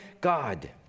God